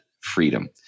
freedom